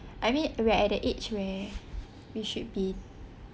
I mean we are at the age when we should be